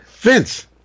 Vince